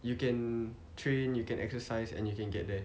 you can train you can exercise and you can get there